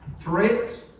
threats